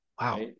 Wow